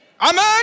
Amen